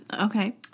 Okay